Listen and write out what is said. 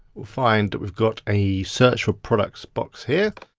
we'll find that we've got a search for products box here.